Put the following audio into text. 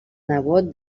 nebot